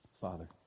Father